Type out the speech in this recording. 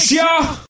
y'all